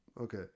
Okay